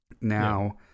Now